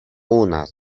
una